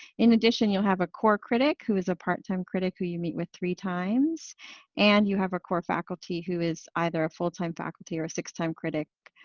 in addition, you'll have a core critic who is a part-time critic who you meet with three times and you have a core faculty who is either a full-time faculty or a six-time critic,